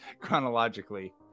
chronologically